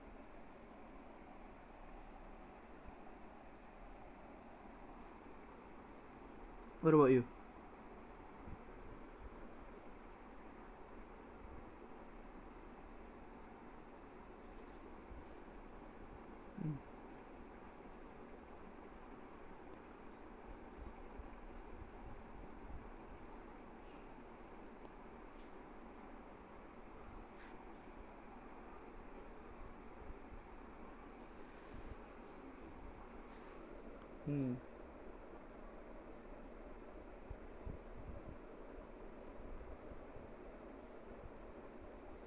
what about you mm mm